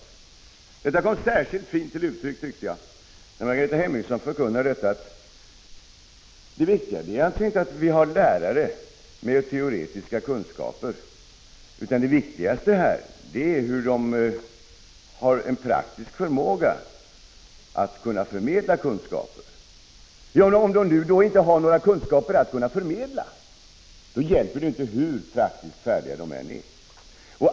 Detta kom särskilt fint till uttryck, tyckte jag, när Margareta Hemmingsson förkunnade att det viktiga inte är att vi har lärare med teoretiska kunskaper, utan det viktigaste är att de har en praktisk förmåga att förmedla kunskaper. Men om de nu inte har några kunskaper att förmedla hjälper det inte hur praktiskt färdiga de än är.